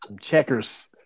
checkers